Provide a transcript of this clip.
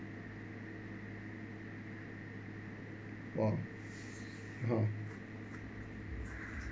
!wah!